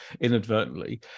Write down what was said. inadvertently